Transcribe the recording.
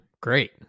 great